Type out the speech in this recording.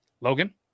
Logan